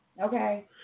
Okay